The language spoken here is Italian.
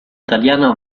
italiano